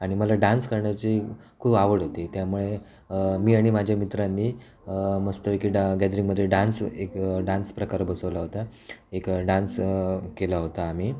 आणि मला डान्स करण्याची खूप आवड होती त्यामुळे मी आणि माझ्या मित्रांनी मस्तपैकी डं गॅदरिंगमध्ये डान्स एक डान्स प्रकार बसवला होता एक डान्स केला होता आम्ही